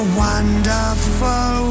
wonderful